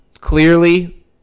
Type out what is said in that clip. clearly